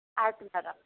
ಆಯಿತು ಮೇಡಮ್